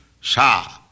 Shah